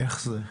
איך זה,